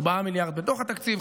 4 מיליארד בתוך התקציב,